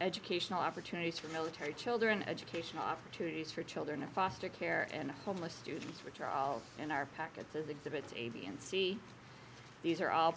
educational opportunities for military children educational opportunities for children in foster care and homeless students which are all in our pockets as exhibit a b and c these are all